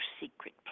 secret